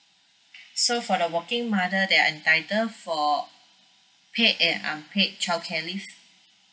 so for the working mother they are entitled for paid and unpaid childcare leave